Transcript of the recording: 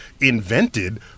invented